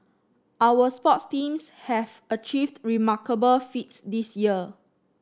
our sports teams have achieved remarkable feats this year